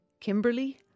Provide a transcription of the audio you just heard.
Kimberly